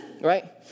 Right